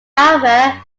however